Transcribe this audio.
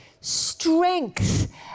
strength